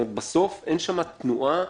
בסוף אין שם תנועה.